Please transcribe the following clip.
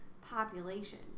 population